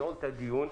התקנות.